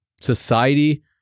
Society